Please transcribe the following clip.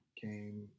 came